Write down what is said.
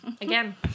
Again